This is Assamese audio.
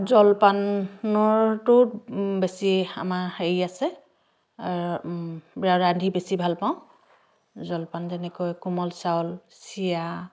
জলপানৰটো বেছি আমাৰ হেৰি আছে ৰা ৰান্ধি বেছি ভাল পাওঁ জলপান যেনেকৈ কোমল চাউল চিৰা